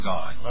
God